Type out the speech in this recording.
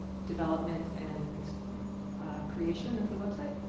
development and creation of the website.